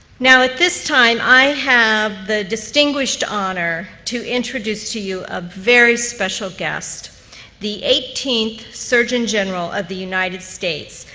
now, at this time, i have the distinguished honor to introduce to you a very special guest the eighteenth surgeon general of the united states,